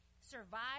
survive